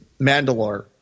Mandalore